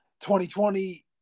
2020